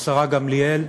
השרה גמליאל,